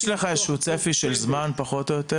יש לך איזשהו צפי של זמן פחות או יותר?